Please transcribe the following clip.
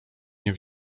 nie